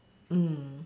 mm